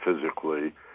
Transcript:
physically